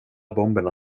bomberna